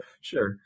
Sure